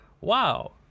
wow